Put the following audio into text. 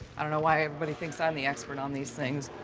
i don't know why everybody thinks i'm the expert on these things.